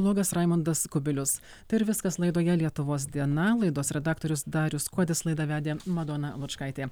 nuogas raimundas kubilius tai ir viskas laidoje lietuvos diena laidos redaktorius darius kuodis laidą vedė madona lučkaitė